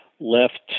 left